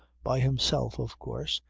by himself of course,